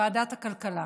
ועדת הכלכלה.